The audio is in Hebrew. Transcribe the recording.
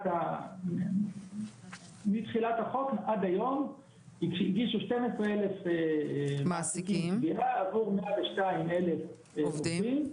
מתחילת החוק ועד היום הגישו 12,000 מעסיקים וזה בעבוד 102,000 עובדים,